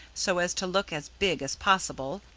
so as to look as big as possible,